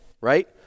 right